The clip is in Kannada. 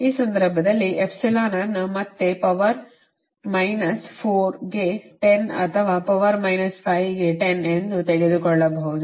ಈ ಸಂದರ್ಭದಲ್ಲಿ ಎಪ್ಸಿಲಾನ್ ಅನ್ನು ಮತ್ತೆ ಪವರ್ ಮೈನಸ್ 4 ಗೆ 10 ಅಥವಾ ಪವರ್ ಮೈನಸ್ 5 ಗೆ 10 ಎಂದು ತೆಗೆದುಕೊಳ್ಳಬಹುದು